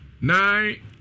nine